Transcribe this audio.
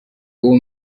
uwo